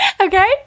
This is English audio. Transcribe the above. okay